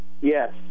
Yes